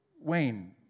Wayne